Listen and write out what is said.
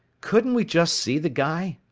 couldn't we just see the guy?